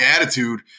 attitude